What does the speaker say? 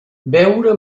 beure